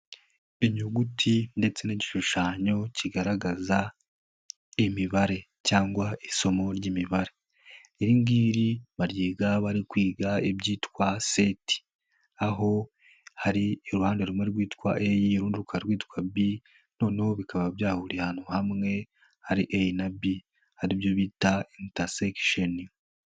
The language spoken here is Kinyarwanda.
Inyuguti ndetse n'igishushanyo kigaragaza imibare cyangwa isomo ry'imibare. Iri ngiri baryiga bari kwiga ibyitwa seti. Aho hari iruhande rumwe rwitwa a urundi rubaka rwitwa b noneho bikaba byahuriye ahantu hamwe hari a na b aribyo bita itasekishoni.